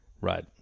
Right